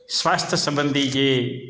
સ્વાસ્થ સબંધી જે